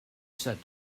said